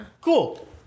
Cool